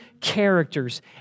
characters